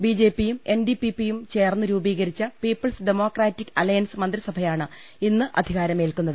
ബിജെപിയും N D P പിയും ചേർന്ന് രൂപീകരിച്ച പീപ്പിൾസ് ഡെമോക്രാറ്റിക് അലൈൻസ് മന്ത്രിസഭയാണ് ഇന്ന് അധികാർമേൽക്കുന്നത്